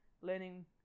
learning